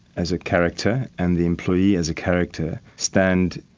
as a character, and the employee, as a character, stand,